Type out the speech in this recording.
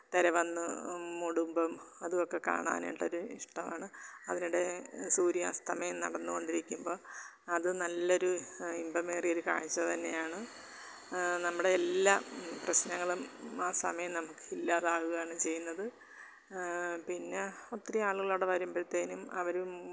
തിര വന്ന് മൂടുമ്പം അതും ഒക്കെ കാണാനുള്ളൊരു ഇഷ്ടമാണ് അതിനിടെ സൂര്യാസ്തമയം നടന്ന് കൊണ്ടിരിക്കുമ്പം അത് നല്ലൊരു ഇമ്പമേറിയൊരു കാഴ്ച തന്നെയാണ് നമ്മുടെ എല്ലാം പ്രശ്നങ്ങളും ആ സമയം നമുക്ക് ഇല്ലാതാകുകയാണ് ചെയ്യുന്നത് പിന്നെ ഒത്തിരി ആളുകൾ അവിടെ വരുമ്പോഴത്തേനും അവരും